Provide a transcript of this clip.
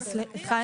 לגבי